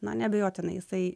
na neabejotinai jisai